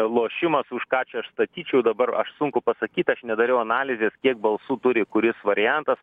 lošimas už ką čia aš statyčiau dabar aš sunku pasakyt aš nedariau analizės kiek balsų turi kuris variantas